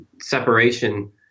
separation